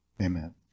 amen